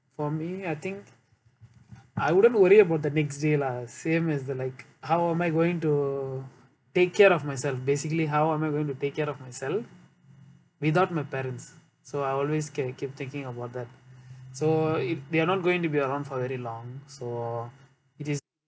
for me I think I wouldn't worry about the next day lah same as the like how am I going to take care of myself basically how am I going to take care of myself without my parents so I always ke~ keep thinking about that so if they are not going to be around for very long so it is